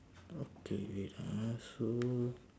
okay wait ah so